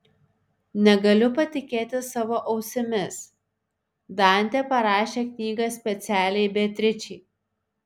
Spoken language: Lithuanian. negaliu patikėti savo ausimis dantė parašė knygą specialiai beatričei